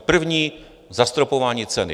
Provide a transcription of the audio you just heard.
První zastropování ceny.